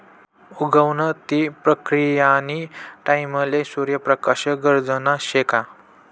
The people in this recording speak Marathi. उगवण नी प्रक्रीयानी टाईमले सूर्य प्रकाश गरजना शे का